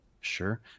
sure